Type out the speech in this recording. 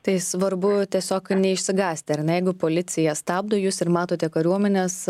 tai svarbu tiesiog neišsigąsti ar ne jeigu policija stabdo jus ir matote kariuomenės